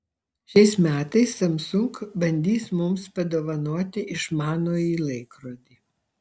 šiais metais samsung bandys mums padovanoti išmanųjį laikrodį